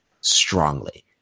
strongly